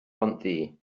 bontddu